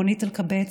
רונית אלקבץ,